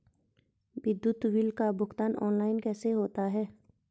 विद्युत बिल का भुगतान ऑनलाइन कैसे होता है?